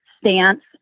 stance